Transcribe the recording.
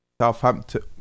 Southampton